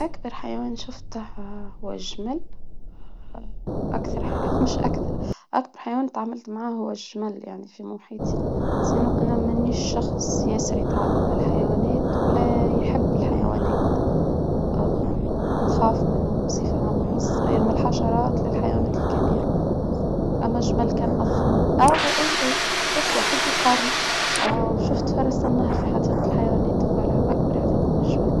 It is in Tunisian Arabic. اكثر حيوان شفته هو الجمل واكثر مش اكثر اكبر حيوان تعاملت معه هو الجمل يعني في محيطى انا مانيش شخص ياسر يتعامل مع الحيوانات ولا يحب الحيوانات نخاف منه بصفة عامة بنص من الحشرات للحيوانات الكبيرة اما الجمل كان اضخم اه اه شفت وحيد القرن اه وشفت فرس النهر في حديقة الحيوانات اكبر حفاكم من الجمل